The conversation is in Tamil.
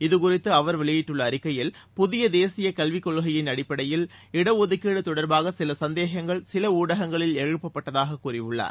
இது குறித்து அவர் வெளியிட்டுள்ள அறிக்கையில் புதிய தேசிய கல்விக் கொள்கையின் அடிப்படையில் இட ஒதுக்கீடு தொடர்பாக சில சந்தேகங்கள் சில ஊடகங்களில் எழுப்பப்பட்டதாக கூறியுள்ளார்